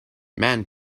man